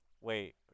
wait